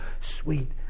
sweet